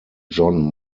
john